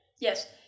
Yes